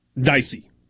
dicey